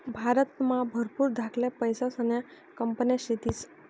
भारतमा भरपूर धाकल्या पैसासन्या कंपन्या शेतीस